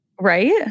Right